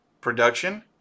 production